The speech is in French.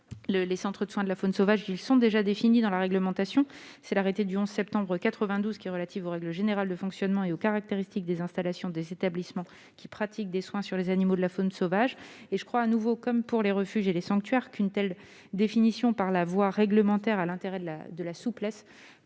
les centres de soins de la faune sauvage sont déjà définis dans la réglementation, par l'arrêté du 11 septembre 1992 relatif aux règles générales de fonctionnement et aux caractéristiques des installations des établissements qui pratiquent des soins sur les animaux de la faune sauvage. Comme je l'ai dit pour les refuges et les sanctuaires, une définition par voie réglementaire, en favorisant la souplesse,